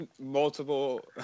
multiple